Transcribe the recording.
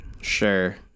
sure